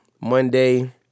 Monday